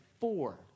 four